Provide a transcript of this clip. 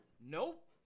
Nope